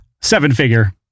Seven-figure